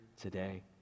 today